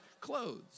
clothes